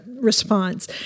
response